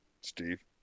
Steve